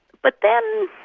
but then,